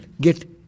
get